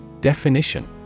Definition